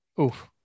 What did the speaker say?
Oof